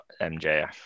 MJF